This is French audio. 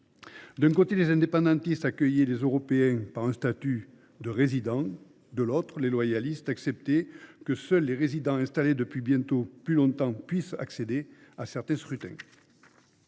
D’un côté, les indépendantistes accueillaient les Européens avec un « statut de résident ». De l’autre, les loyalistes acceptaient que seuls les résidents installés depuis bien plus longtemps accèdent à certains scrutins.